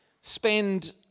spend